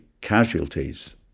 casualties